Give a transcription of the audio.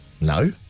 No